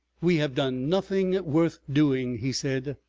we have done nothing worth doing, he said.